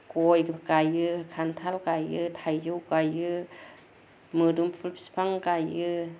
गय गायो खान्थाल गायो थाइजौ गायो मोदोमफुल बिफां गायो